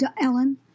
Ellen—